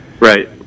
Right